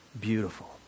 beautiful